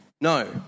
No